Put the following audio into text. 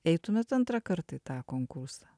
eitumėt antrą kart į tą konkursą